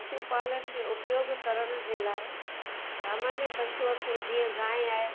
पशु पालन में उपयोगु करण जे लाइ सामान्य पशु खे जीअं गांइ आहे